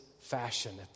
fashion